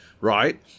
right